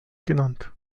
genannt